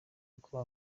uko